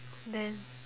then